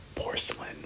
Porcelain